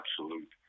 absolute